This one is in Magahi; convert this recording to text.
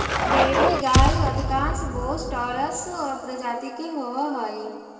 डेयरी गाय अधिकांश बोस टॉरस प्रजाति के होवऽ हइ